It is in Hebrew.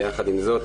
ויחד עם זאת,